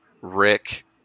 Rick